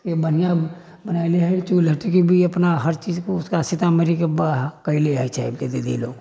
कि बढ़िआँ बनैले हइ चूड़ी लहठीके भी अपना हर चीज पर उसका सीतामढ़ीके दीदी लोग